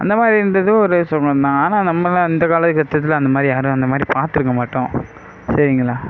அந்த மாதிரி இந்த இதுவும் ஒரு சுகம்தான் ஆனால் நம்மெலாம் இந்த கால கட்டத்தில் அந்த மாதிரி யாரும் அந்த மாதிரி பார்த்துருக்கமாட்டோம் சரிங்களா